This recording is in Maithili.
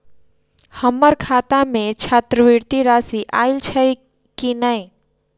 हम्मर खाता मे छात्रवृति राशि आइल छैय की नै?